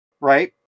right